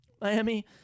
Miami